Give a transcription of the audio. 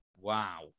Wow